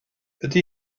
ydy